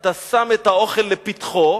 אתה שם את האוכל לפתחו,